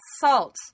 salt